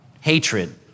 hatred